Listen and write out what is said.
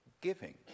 giving